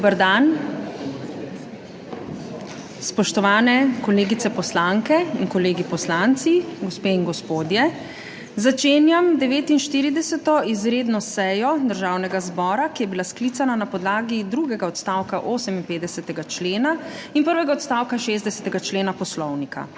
Dober dan! Spoštovane kolegice poslanke in kolegi poslanci, gospe in gospodje! Začenjam 49. izredno sejo Državnega zbora, ki je bila sklicana na podlagi 2. odstavka 58. člena in 1. odstavka 60. člena Poslovnika.